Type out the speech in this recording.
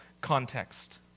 context